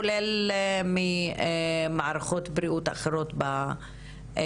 כולל ממערכות בריאות אחרות במשרד.